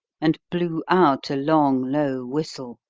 and blew out a long, low whistle.